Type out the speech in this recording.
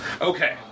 Okay